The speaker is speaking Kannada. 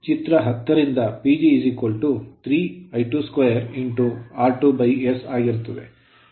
ಚಿತ್ರ 10 ರಿಂದ PG 3 I22 r2 s ಆಗಿರುತ್ತದೆ